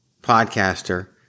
podcaster